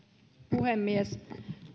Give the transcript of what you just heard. puhemies